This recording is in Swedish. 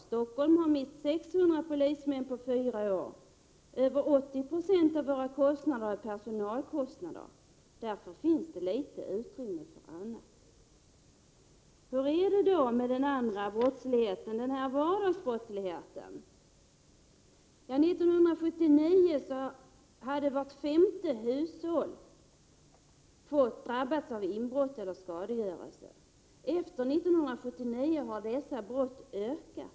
Stockholm har mist 600 polismän på fyra år. Över 80 96 av våra kostnader är personalkostnader. Därför finns det litet utrymme för annat.” Hur är det då med vardagsbrottsligheten? År 1979 drabbades vart femte hushåll av inbrott eller skadegörelse. Efter 1979 har dessa brott ökat.